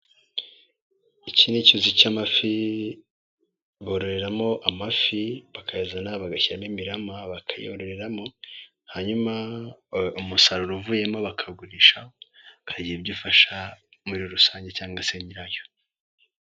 Iki ni icyuzi cy'amafi bororera mo amafi bakayazana bagashyiramo n'imirama, bakayororeramo hanyuma umusaruro uvuyemo bakagurisha ukagira ibyofasha muri rusange cyangwa se nyirayo.